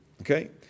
Okay